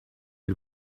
had